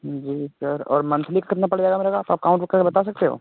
जी sir और monthly कितना पड़ जाएगा मेरा आप काउंट करके बता सकते हो